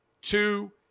two